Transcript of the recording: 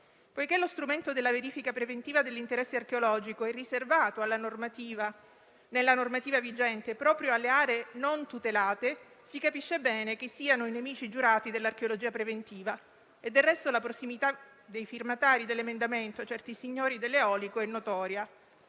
Poiché lo strumento della verifica preventiva dell’interesse archeologico è riservato, nella normativa vigente, proprio alle aree non tutelate, si capisce bene chi siano i nemici giurati dell’archeologia preventiva. Del resto, la prossimità dei firmatari dell’emendamento a certi signori dell’eolico è notoria.